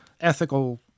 ethical